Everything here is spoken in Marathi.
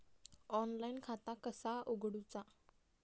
ऑनलाईन खाता कसा उगडूचा?